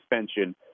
suspension